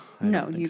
No